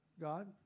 God